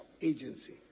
Agency